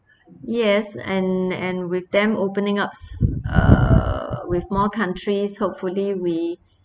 yes and and with them opening up err with more countries hopefully we